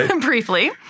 briefly